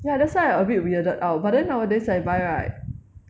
ya that's why I a bit weirded out but then nowadays I buy right